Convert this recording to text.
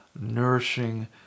nourishing